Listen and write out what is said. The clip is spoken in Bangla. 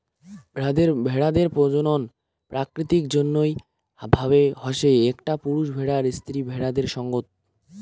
ভেড়াদের প্রজনন প্রাকৃতিক জইন্য ভাবে হসে একটা পুরুষ ভেড়ার স্ত্রী ভেড়াদের সঙ্গত